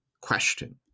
question